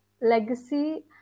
legacy